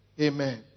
Amen